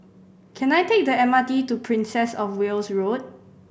can I take the M R T to Princess Of Wales Road